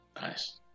Nice